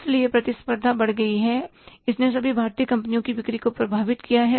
इसलिए प्रतिस्पर्धा बढ़ गई है और इसने सभी भारतीय कंपनियों की बिक्री को प्रभावित किया है